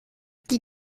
die